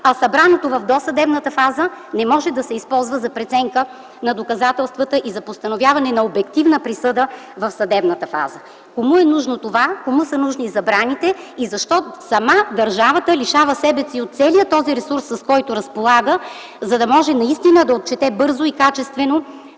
а събраното в досъдебната фаза не може да се използва за преценка на доказателствата и за постановяване на обективна присъда в съдебната фаза. Кому е нужно това, кому са нужни забраните и защо сама държавата лишава себе си от целия този ресурс, с който разполага, за да може наистина да отчете бързо и качествено